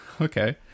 Okay